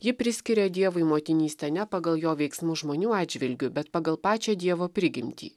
ji priskiria dievui motinystę ne pagal jo veiksmų žmonių atžvilgiu bet pagal pačią dievo prigimtį